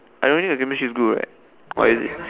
I don't think her chemistry is good right what is it